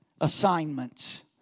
assignments